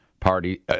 party